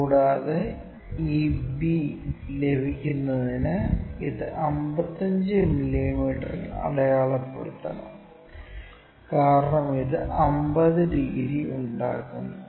കൂടാതെ ഈ b ലഭിക്കുന്നതിന് ഇത് 55 മില്ലീമീറ്ററിൽ അടയാളപ്പെടുത്തണം കാരണം ഇത് 50 ഡിഗ്രി ഉണ്ടാക്കുന്നു